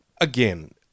again